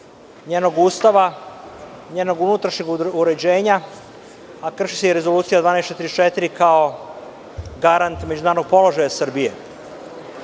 njenog Ustava, njenog unutrašnjeg uređenja, a krši se i Rezolucija 1244, kao garant međunarodnog položaja Srbije. Upravo